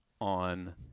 on